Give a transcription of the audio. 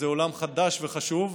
זה עולם חדש וחשוב,